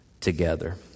together